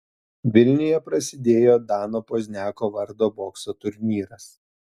vilniuje prasidėjo dano pozniako vardo bokso turnyras